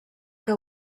que